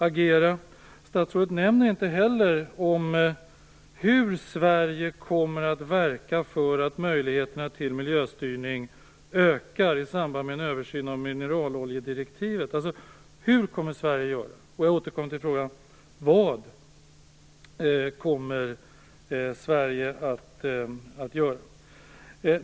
Inte heller nämner statsrådet något om hur Sverige kommer att verka för att möjligheterna till miljöstyrning skall öka i samband med en översyn av mineraloljedirektivet. Hur kommer Sverige alltså att göra? Vidare återkommer jag till frågan: Vad kommer Sverige att göra?